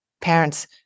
parents